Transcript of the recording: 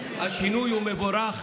השינוי הוא מבורך.